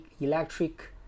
electric